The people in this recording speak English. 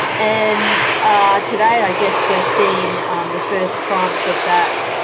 and today i guess we're seeing the first tranche of that